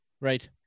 Right